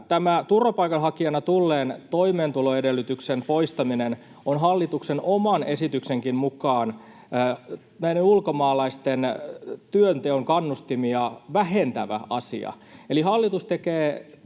turvapaikanhakijana tulleen toimeentuloedellytyksen poistaminen on hallituksen oman esityksenkin mukaan näiden ulkomaalaisten työnteon kannustimia vähentävä asia. Eli hallitus tekee